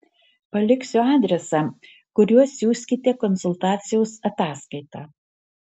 paliksiu adresą kuriuo siųskite konsultacijos ataskaitą